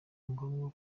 ngombwa